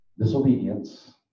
disobedience